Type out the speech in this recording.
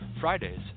Fridays